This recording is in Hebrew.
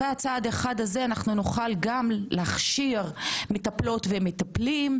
אחריו נוכל להכשיר מטפלות ומטפלים,